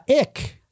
ick